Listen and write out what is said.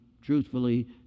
Truthfully